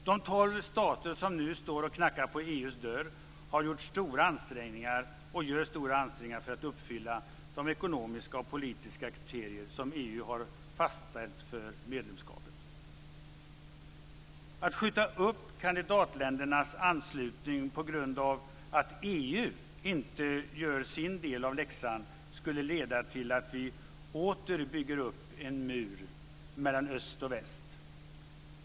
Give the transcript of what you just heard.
De tolv stater som nu står och knackar på EU:s dörr har gjort stora ansträngningar, och gör stora ansträngningar, för att uppfylla de ekonomiska och politiska kriterier som EU har fastställt för medlemskap. Att skjuta upp kandidatländernas anslutning på grund av att EU inte gjort sin del av läxan skulle leda till att vi åter bygger upp en mur mellan öst och väst.